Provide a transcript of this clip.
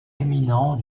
éminent